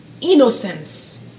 innocence